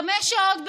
חמש שעות ביום,